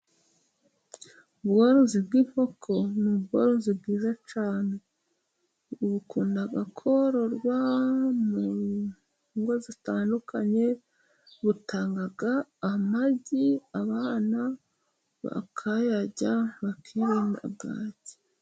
Ubworozi bw'inkoko n'ubworozi bwiza cyane, bukunda kororwa mu ngo zitandukanye butanga amagi abana bakayarya bakirinda bwaki.